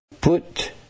Put